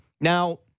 Now